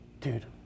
dude